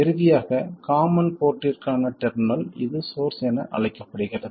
இறுதியாக காமன் போர்டிற்கான டெர்மினல் இது சோர்ஸ் என அழைக்கப்படுகிறது